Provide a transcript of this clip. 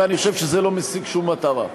ואני חושב שזה לא משיג שום מטרה.